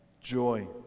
joy